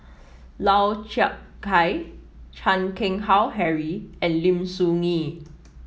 Lau Chiap Khai Chan Keng Howe Harry and Lim Soo Ngee